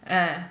ah